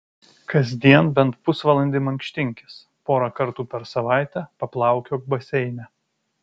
kasdien bent pusvalandį mankštinkis porą kartų per savaitę paplaukiok baseine